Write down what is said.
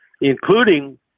including